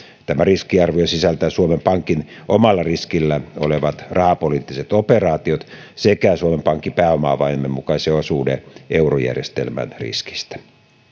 tämä riskiarvio sisältää suomen pankin omalla riskillä olevat rahapoliittiset operaatiot sekä suomen pankin pääoma avaimen mukaisen osuuden eurojärjestelmän riskistä